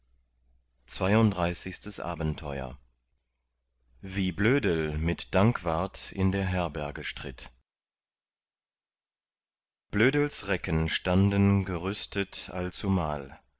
zweiunddreißigstes abenteuer wie blödel mit dankwart in der herberge stritt blödels recken standen gerüstet allzumal